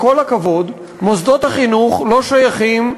בכל הכבוד, מוסדות החינוך לא שייכים,